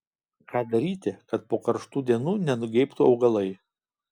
ką daryti kad po karštų dienų nenugeibtų augalai